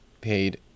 paid